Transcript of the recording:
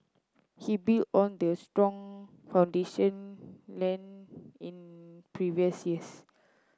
he built on the strong foundation laid in previous years